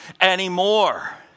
anymore